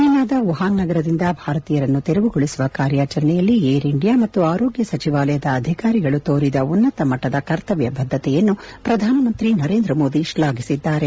ಚ್ಲೆನಾದ Wuhan ನಗರದಿಂದ ಭಾರತೀಯರನ್ನು ತೆರವುಗೊಳಿಸುವ ಕಾರ್ಯಾಚರಣೆಯಲ್ಲಿ ಏರ್ ಇಂಡಿಯಾ ಮತ್ತು ಆರೋಗ್ಯ ಸಚಿವಾಲಯದ ಅಧಿಕಾರಿಗಳು ತೋರಿದ ಉನ್ನತ ಮಟ್ಟದ ಕರ್ತವ್ಯ ಬದ್ದತೆಯನ್ನು ಪ್ರಧಾನ ಮಂತ್ರಿ ನರೇಂದ್ರ ಮೋದಿ ಶ್ಲಾಘಿಸಿದ್ದಾರೆ